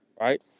right